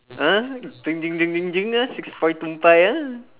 !huh! six five two five ah